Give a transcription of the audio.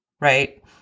right